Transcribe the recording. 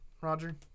Roger